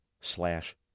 slash